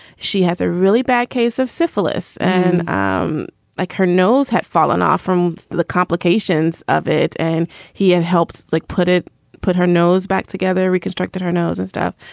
she has a really bad case of syphilis. and um like her nose had fallen off from the complications of it. and he had helped, like put it put her nose back together, reconstructed her nose and stuff.